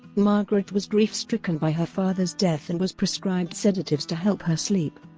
margaret was grief-stricken by her father's death and was prescribed sedatives to help her sleep.